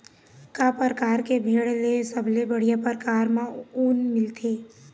का परकार के भेड़ ले सबले बढ़िया परकार म ऊन मिलथे?